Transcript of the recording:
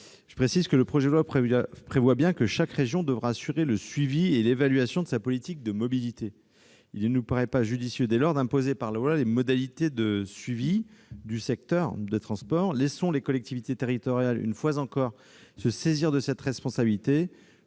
340 rectifié, le projet de loi prévoit bien que chaque région devra assurer le suivi et l'évaluation de sa politique de mobilité. Il ne nous paraît pas judicieux dès lors d'imposer par la loi les modalités de suivi du secteur des transports. Laissons les collectivités territoriales, une fois encore, se saisir de cette responsabilité